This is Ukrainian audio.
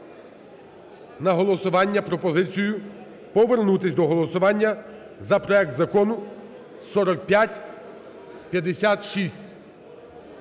на голосування пропозицію повернутись до голосування за проект Закону 4556.